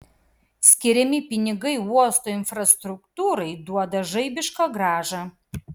skiriami pinigai uosto infrastruktūrai duoda žaibišką grąžą